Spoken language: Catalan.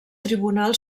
tribunal